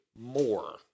more